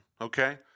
okay